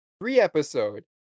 three-episode